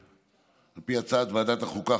על פי הצעת ועדת החוקה,